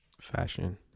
fashion